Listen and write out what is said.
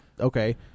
okay